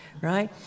Right